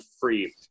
free